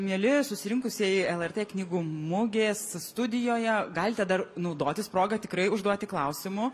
mieli susirinkusieji lrt knygų mugės studijoje galite dar naudotis proga tikrai užduoti klausimų